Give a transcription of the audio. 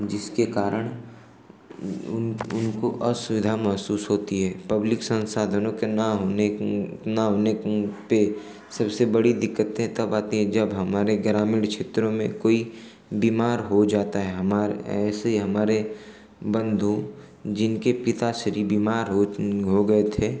जिसके कारण उन उनको असुविधा महसूस होती है पब्लिक संसाधनों के न होने न होने पर सबसे बड़ी दिक्कत तब आती है जब हमारे ग्रामीण क्षेत्रों में कोई बीमार हो जाता है हमार ऐसे हमारे बन्धु जिनके पिताश्री बीमार होत हो गए थे